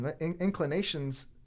inclinations